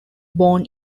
born